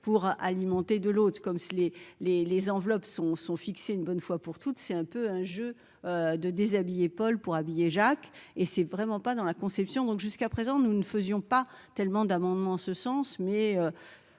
pour alimenter de l'autre, comme si les les les enveloppes sont sont fixées une bonne fois pour toute, c'est un peu un jeu de déshabiller Paul pour habiller Jacques, et c'est vraiment pas dans la conception donc jusqu'à présent, nous ne faisions pas tellement d'amendements en ce sens mais